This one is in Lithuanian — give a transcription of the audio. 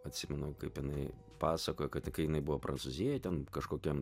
atsimenu kaip jinai pasakojo kad kai jinai buvo prancūzijoj ten kažkokiam